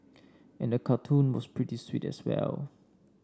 and the cartoon was pretty sweet as well